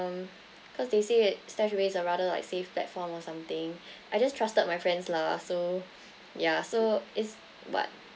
um cause they say that stashaway is a rather like safe platform or something I just trusted my friends lah so yeah so it's what